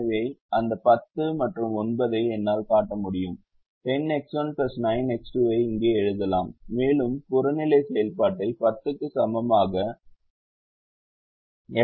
எனவே அந்த 10 மற்றும் 9 ஐ என்னால் காட்ட முடியும் 10X1 9X2 ஐ இங்கே எழுதலாம் மேலும் புறநிலை செயல்பாட்டை 10 க்கு சமமாக X இன் மதிப்பில் எழுதலாம்